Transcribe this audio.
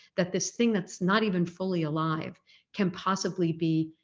that this thing that's not even fully alive can possibly be,